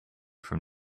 from